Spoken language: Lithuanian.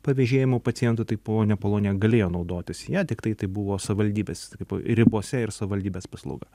pavežėjimu pacientų taip ponia apolonija galėjo naudotis ja tiktai tai buvo savivaldybės ribose ir savivaldybės paslauga